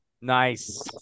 Nice